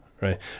right